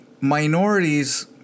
minorities